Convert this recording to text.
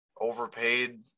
overpaid